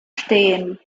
stehen